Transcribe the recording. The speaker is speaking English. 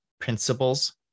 principles